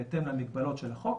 בהתאם למגבלות של החוק,